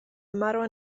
مرا